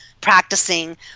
practicing